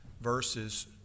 verses